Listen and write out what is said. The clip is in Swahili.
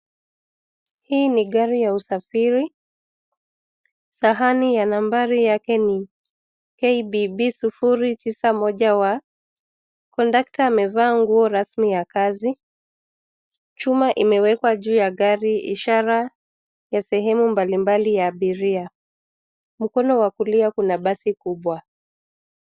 Hii ni gari ya usafiri, sahani ya nambari yake ni KBB 091W. Kondakta amevaa nguo rasmi ya kazi. Chuma imewekwa juu ya gari ishara ya sehemu mbalimbali ya abiria. Mkono wa kulia kuna basi kubwa.